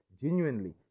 genuinely